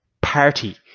party